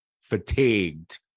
Fatigued